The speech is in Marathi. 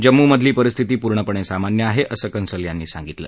जम्मूमधली परिस्थिती पूर्णपणे सामान्य आहे असं कंसल यांनी सांगितलं